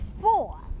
four